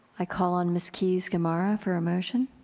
i call on ms. keys gamarra for a motion.